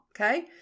okay